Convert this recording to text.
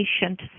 patient